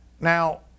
Now